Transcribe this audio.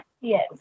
yes